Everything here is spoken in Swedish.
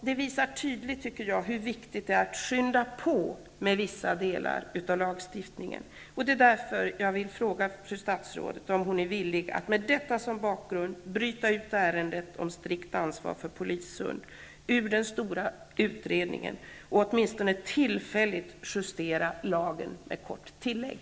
Det visar tydligt, tycker jag, hur viktigt det är att skynda på med vissa delar av lagstiftningen. Det är därför jag vill fråga fru statsrådet, om hon är villig att med detta som bakgrund bryta ut ärendet om strikt ansvar för polishund ur den stora utredningen och åtminstone tillfälligt justera lagen med ett kort tillägg.